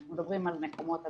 מדברים על מקומות הדבקה,